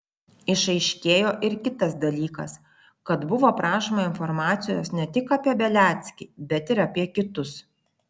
išaiškėjo ir kitas dalykas kad buvo prašoma informacijos ne tik apie beliackį bet ir apie kitus